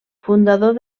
fundador